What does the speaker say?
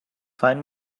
find